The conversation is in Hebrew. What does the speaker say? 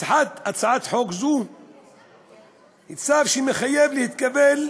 הצעת חוק זו היא צו שחייב להתקבל,